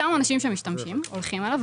אותם אנשים שמשתמשים הולכים אליו,